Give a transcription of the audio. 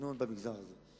התכנון במגזר הזה.